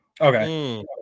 okay